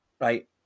right